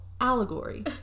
allegory